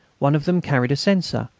one of them carried a censer,